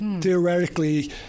theoretically